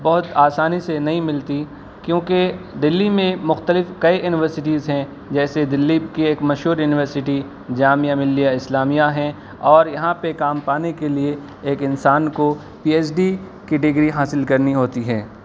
بہت آسانی سے نہیں ملتی کیوںکہ دہلی میں مختلف کئی یونیورسٹیز ہیں جیسے دہلی کی ایک مشہور یونیورسٹی جامعہ ملیہ اسلامیہ ہے اور یہاں پہ کام پانے کے لیے ایک انسان کو پی ایچ ڈی کی ڈگری حاصل کرنی ہوتی ہے